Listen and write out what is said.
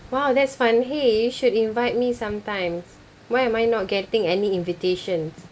!wow! that's fun !hey! should invite me sometimes why am I not getting any invitations